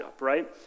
right